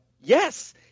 Yes